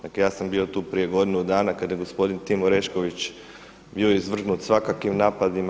Dakle ja sam bio tu prije godinu dana kada je gospodin Tim Orešković bio izvrgnut svakakvim napadima.